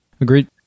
Agreed